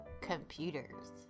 Computers